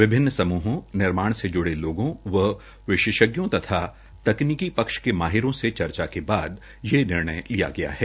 विभिन्न समूहों निर्माण से जुड़े लोगों व विशेषज्ञों तथा तकनीकी पक्ष के माहिरों से चर्चा के बाद ये निर्णय लिया गया है